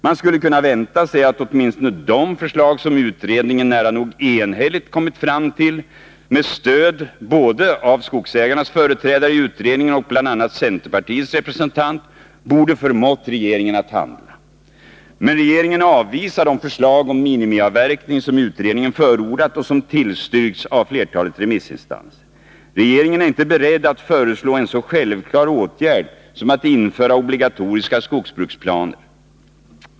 Man skulle kunna vänta sig att åtminstone de förslag som utredningen nära nog enhälligt kommit fram till med stöd både av skogsägarnas företrädare i utredningen och bl.a. centerpartiets representant borde ha förmått regeringen att handla. Men regeringen avvisar de förslag om minimiavverkning som utredningen förordat och som tillstyrkts av flertalet remissinstanser. Regeringen är inte beredd att föreslå en så självklar åtgärd som att införa obligatoriska skogsbruksplaner.